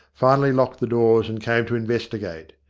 finally locked the doors and came to investigate.